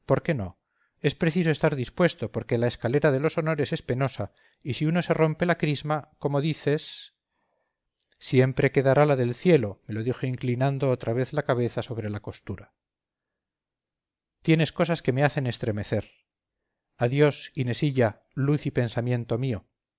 no es preciso estar dispuesto porque la escalera de los honores es penosa y si uno se rompe la crisma como dices siempre quedará la del cielo me dijo inclinando otra vez la cabeza sobre la costura tienes cosas que me hacen estremecer adiós inesilla luz y pensamiento mío